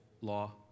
law